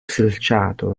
selciato